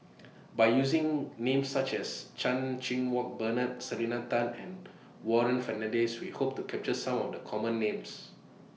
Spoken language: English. By using Names such as Chan Cheng Wah Bernard Selena Tan and Warren Fernandez We Hope to capture Some of The Common Names